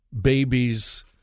babies